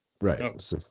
Right